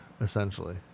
essentially